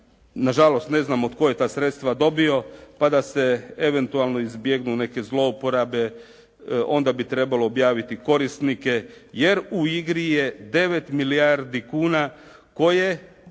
Nažalost ne znamo tko je ta sredstva dobio pa da se eventualno izbjegnu neke zlouporabe onda bi trebalo objaviti korisnike, jer u igri je 9 milijardi kuna koje